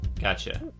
Gotcha